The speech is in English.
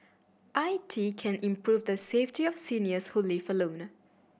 I T can improve the safety of seniors who live alone